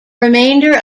remainder